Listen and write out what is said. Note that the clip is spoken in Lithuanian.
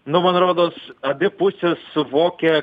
nu man rodos abi pusės suvokia